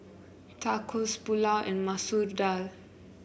Tacos Pulao and Masoor Dal